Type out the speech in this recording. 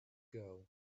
girl